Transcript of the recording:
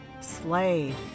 Slade